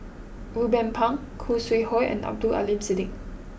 Ruben Pang Khoo Sui Hoe and Abdul Aleem Siddique